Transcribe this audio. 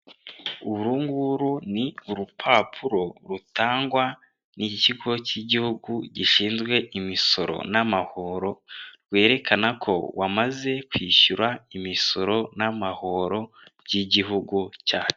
Uru nguru ni urupapuro rutangwa n'ikigo cy'igihugu gishinzwe imisoro n'amahoro, rwerekana ko wamaze kwishyura imisoro n'amahoro by'igihugu cyacu.